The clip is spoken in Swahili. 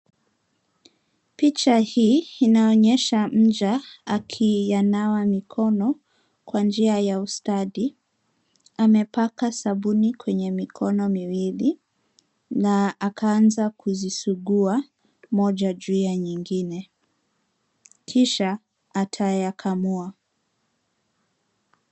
Picha hii inaonyesha mja akinawa mikono kwa njia ya ustadi . Amepaka sabuni kwenye mikono miwili na akaanza kuzisugua moja juu ya nyingine kisha atayakamua.